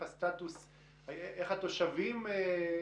איך התושבים מרגישים עם זה,